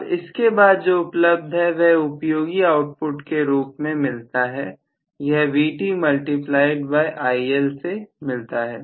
अब इसके बाद जो उपलब्ध है वह उपयोगी आउटपुट के रूप में मिलता है यह Vt मल्टीप्लायड बाय IL से मिलता है